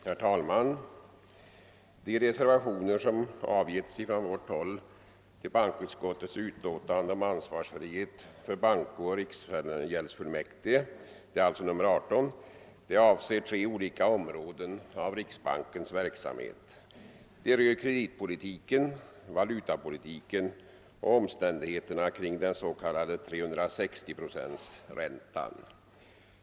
Herr talman! De reservationer som avgivits från vårt håll till bankoutskottets utlåtande nr 18 om ansvarsfrihet för bankooch riksgäldsfullmäktige avser tre olika områden av riksbankens verksamhet. De rör kreditpolitiken, valutapolitiken och omständigheterna kring den s.k. 360-procentsräntan.